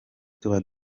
tuba